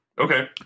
Okay